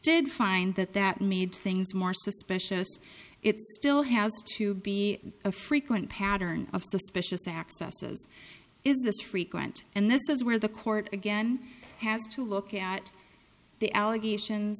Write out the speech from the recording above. did find that that made things more suspicious it still has to be a frequent pattern of suspicious accesses is this frequent and this is where the court again has to look at the allegation